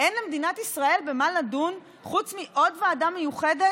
אין למדינת ישראל במה לדון חוץ מעוד ועדה מיוחדת